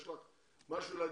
יש לך משהו להגיד?